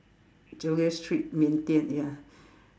Chulia street Beng-Thin ya